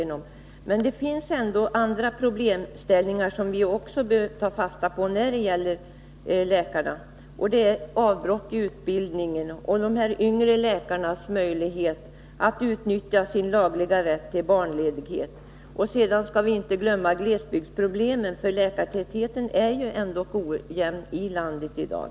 Men när det gäller läkarna finns det ändå andra problemställningar som vi måste ta hänsyn till, t.ex. avbrott i utbildningarna och de yngre läkarnas möjlighet att utnyttja sin lagliga rätt till föräldraledighet. Vi skall heller inte glömma glesbygdsproblemen. Läkartätheten i landet är ju ändå ojämn i dag.